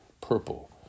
purple